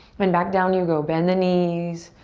then back down you go. bend the knees,